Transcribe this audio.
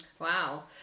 wow